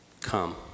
come